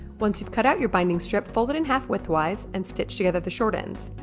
once you've cut out your binding strip fold it in half width wise and stitch together the short ends